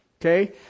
Okay